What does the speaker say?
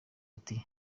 ati